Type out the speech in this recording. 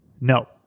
No